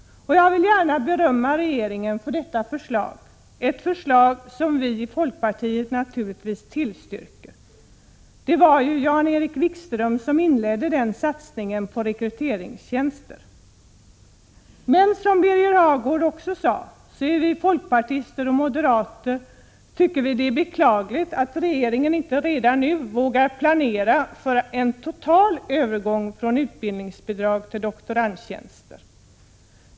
Jag vill gärna berömma regeringen för detta förslag, ett förslag som vi i folkpartiet naturligtvis tillstyrker. Det var Jan-Erik Wikström som inledde satsningen på rekryteringstjänster. Men, som Birger Hagård också sade, vi folkpartister och moderater tycker det är beklagligt att regeringen inte redan nu vågar planera för total övergång från utbildningsbidrag till doktorandtjänster.